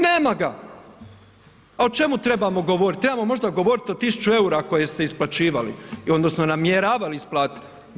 Nema ga, a o čemu trebamo govoriti, trebamo možda govoriti o 1.000 EUR-a koje ste isplaćivali odnosno namjeravali isplatiti.